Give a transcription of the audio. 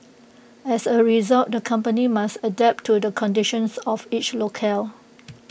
as A result the company must adapt to the conditions of each locale